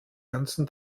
ganzen